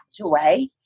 away